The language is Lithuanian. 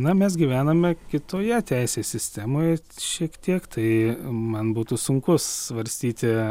na mes gyvename kitoje teisės sistemoj šiek tiek tai man būtų sunku svarstyti